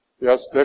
Yes